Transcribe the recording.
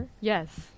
Yes